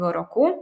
roku